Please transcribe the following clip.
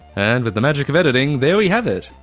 and with the magic of editing, there we have it!